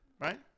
right